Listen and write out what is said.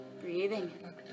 Breathing